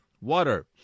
water